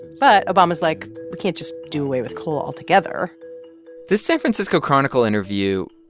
but obama's like, we can't just do away with coal altogether the san francisco chronicle interview,